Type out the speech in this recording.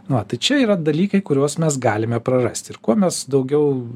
na tai čia yra dalykai kuriuos mes galime prarasti ir kuo mes daugiau